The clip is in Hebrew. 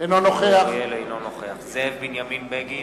אינו נוכח זאב בנימין בגין,